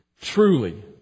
Truly